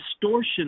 Distortion